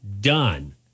done